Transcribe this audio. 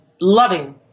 loving